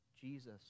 Jesus